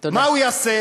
מה הוא יעשה?